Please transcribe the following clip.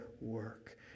work